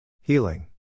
Healing